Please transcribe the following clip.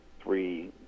three